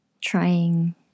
Trying